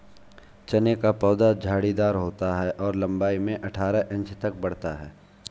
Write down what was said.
चने का पौधा झाड़ीदार होता है और लंबाई में अठारह इंच तक बढ़ता है